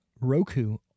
Roku